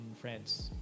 france